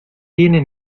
tiene